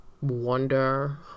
wonder